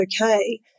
okay